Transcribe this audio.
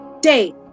day